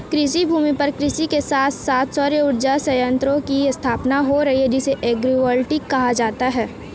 कृषिभूमि पर कृषि के साथ साथ सौर उर्जा संयंत्रों की स्थापना हो रही है जिसे एग्रिवोल्टिक कहा जाता है